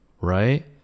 right